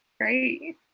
Great